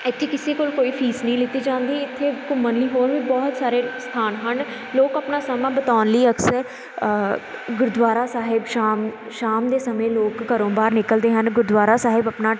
ਇੱਥੇ ਕਿਸੇ ਕੋਲ ਕੋਈ ਫੀਸ ਨਹੀਂ ਲਿੱਤੀ ਜਾਂਦੀ ਇੱਥੇ ਘੁੰਮਣ ਲਈ ਹੋਰ ਵੀ ਬਹੁਤ ਸਾਰੇ ਸਥਾਨ ਹਨ ਲੋਕ ਆਪਣਾ ਸਮਾਂ ਬਿਤਾਉਣ ਲਈ ਅਕਸਰ ਗੁਰਦੁਆਰਾ ਸਾਹਿਬ ਸ਼ਾਮ ਸ਼ਾਮ ਦੇ ਸਮੇਂ ਲੋਕ ਘਰੋਂ ਬਾਹਰ ਨਿਕਲਦੇ ਹਨ ਗੁਰਦੁਆਰਾ ਸਾਹਿਬ ਆਪਣਾ